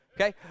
okay